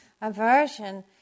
aversion